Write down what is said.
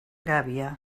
gàbia